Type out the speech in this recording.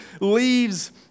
leaves